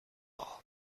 all